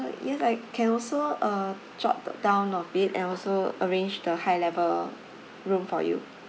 yes I can also uh jot down of it and also arrange the high level room for you